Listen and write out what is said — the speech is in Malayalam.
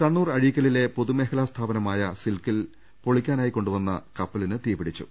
കണ്ണൂർ അഴിക്കലിലെ പൊതുമേഖലാ സ്ഥാപനമായ സിൽക്കിൽ പൊളിക്കാനായി കൊണ്ടുവന്ന കപ്പലിന് തീപിടിച്ചു